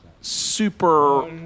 super